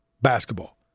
Basketball